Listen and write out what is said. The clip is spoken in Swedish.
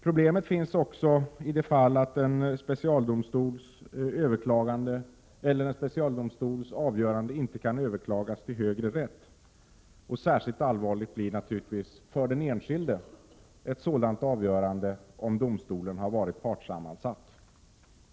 Problem finns också i det fall att en specialdomstols avgörande inte kan överklagas till högre rätt. Särskilt allvarligt för den enskilde blir naturligtvis ett sådant avgörande om domstolen har varit partssammansatt.